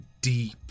deep